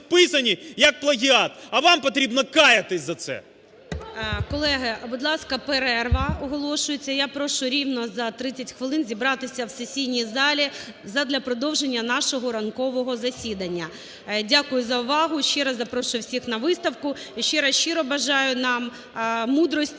як плагіат! А вам потрібно каятись за це! ГОЛОВУЮЧИЙ. Колеги, будь ласка, перерва оголошується. Я прошу рівно за 30 хвилин зібратися у сесійній залі задля продовження нашого ранкового засідання. Дякую за увагу. Ще раз запрошую всіх на виставку. І ще раз щиро бажаю нам мудрості